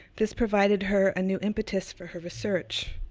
this provided her a new impetus for her research.